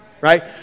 right